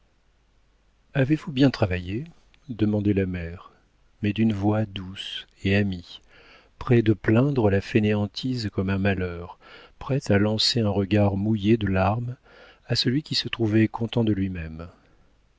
avez-vous bien travaillé demandait la mère mais d'une voix douce et amie près de plaindre la fainéantise comme un malheur prête à lancer un regard mouillé de larmes à celui qui se trouvait content de lui-même